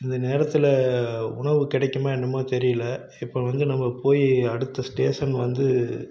இந்த நேரத்தில் உணவு கிடைக்குமா என்னமோ தெரியலை இப்போ வந்து நம்ம போய் அடுத்த ஸ்டேஷன் வந்து